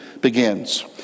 begins